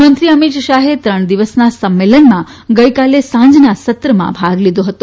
ગૃહમંત્રી અમિત શાહે ત્રણ દિવસના સંમેલનમાં ગઇકાલે સાંજના સત્રમાં ભાગ લીધો હતો